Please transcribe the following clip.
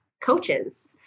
coaches